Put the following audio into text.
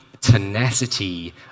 tenacity